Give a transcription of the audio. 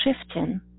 shifting